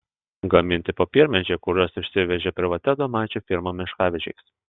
gaminti popiermedžiai kuriuos išsivežė privati adomaičio firma miškavežiais